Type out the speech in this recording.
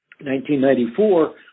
1994